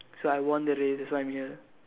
so I won the race that's why I'm here